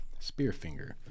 Spearfinger